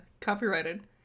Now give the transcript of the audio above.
copyrighted